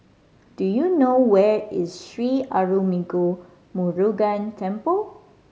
do you know where is Sri Arulmigu Murugan Temple